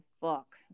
fuck